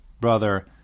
brother